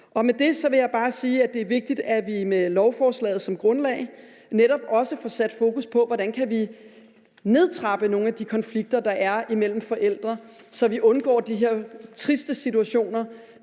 Med det vil jeg bare sige, at det er vigtigt, at vi med lovforslaget som grundlag netop også får sat fokus på, hvordan vi kan nedtrappe nogle af de konflikter, der er imellem forældre, så vi undgår de her triste situationer,